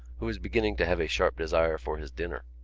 who was beginning to have a sharp desire for his dinner.